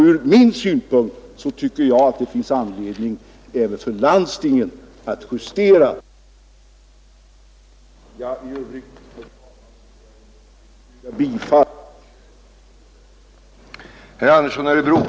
Ur min synpunkt finns det anledning att uttala den förhoppningen att även landstingen kommer att öka anslagen till företagarföreningarna. I övrigt ber jag att få yrka bifall till utskottets hemställan.